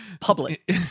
public